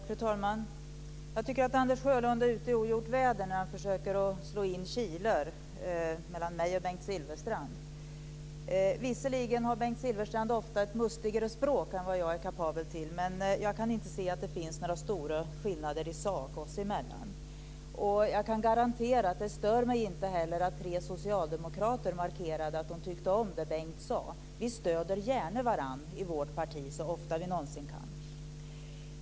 Fru talman! Jag tycker att Anders Sjölund är ute i ogjort väder när han försöker att slå in kilar mellan mig och Bengt Silfverstrand. Visserligen har Bengt Silfverstrand ofta ett mustigare språk än vad jag är kapabel till. Men jag kan inte se att det finns några stora skillnader i sak oss emellan. Jag kan garantera att det inte heller stör mig att tre socialdemokrater markerade att de tyckte om det Bengt sade. Vi stöder gärna varandra i vårt parti, så ofta vi någonsin kan.